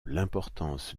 l’importance